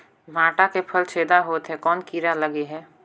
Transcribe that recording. भांटा के फल छेदा होत हे कौन कीरा लगे हे?